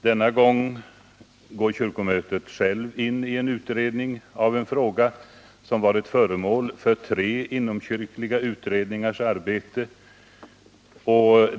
Denna gång går kyrkomötet självt in i en utredning av en fråga som tidigare varit föremål för tre inomkyrkliga utredningars arbete.